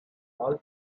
all